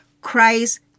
Christ